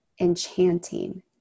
enchanting